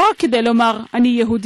לא רק כדי לומר: אני יהודי.